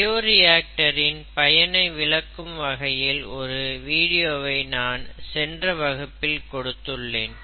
பயோரியாக்டரின் பயனை விளக்கும் வகையில் ஒரு வீடியோவையும் நான் சென்ற வகுப்பில் கொடுத்துள்ளேன்